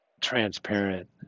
transparent